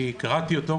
אני קראתי אותו